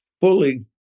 fully